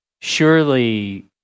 surely